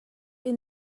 inn